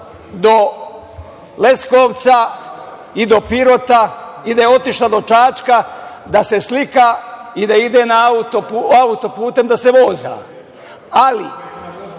do Leskovca i do Pirota i da je otišla do Čačka, da se slika i da ide autoputem da se voza. Ali,